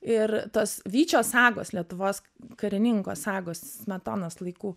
ir tos vyčio sagos lietuvos karininko sagos smetonos laikų